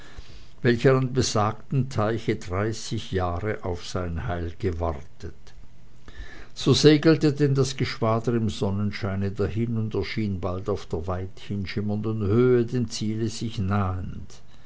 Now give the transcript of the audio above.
welcher an besagtem teiche dreißig jahre auf sein heil gewartet so segelte denn das geschwader im sonnenscheine dahin und erschien bald auf der weithin schimmernden höhe dem ziele sich nahend